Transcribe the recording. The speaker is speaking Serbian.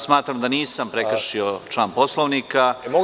Smatram da nisam prekršio član Poslovnika.